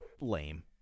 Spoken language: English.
lame